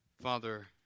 Father